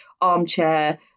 armchair